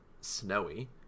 snowy